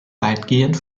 weitgehend